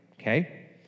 okay